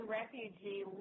refugee